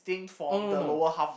oh no no